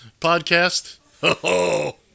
podcast